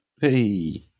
Hey